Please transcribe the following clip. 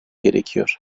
gerekiyor